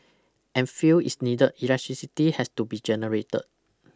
and fuel is needed electricity has to be generated